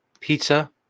Pizza